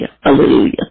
Hallelujah